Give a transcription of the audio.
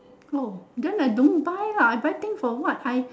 oh then I don't buy lah I buy thing for what I